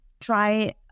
try